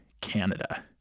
Canada